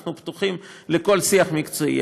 אנחנו פתוחים לכל שיח מקצועי,